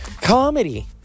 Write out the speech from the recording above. comedy